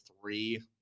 three